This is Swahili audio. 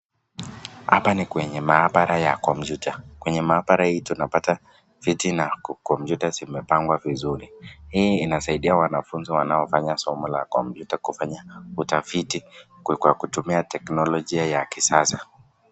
Hapa ni kwenye mahabara ya komputa. Kwenye mahabara hii tunapata viti na komputa zimepangwa vizuri. Hii inasaidia wanafunzi wanao fanya somo la komputa kufanya utafiti kwa kutumia teknologia ya kisasa.